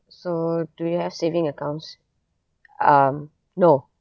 so do you have saving accounts um no